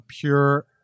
pure